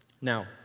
Now